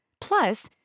Plus